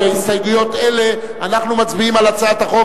בהסתייגויות אלה אנחנו מצביעים על הצעת החוק,